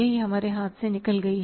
यह हमारे हाथ से निकल गई है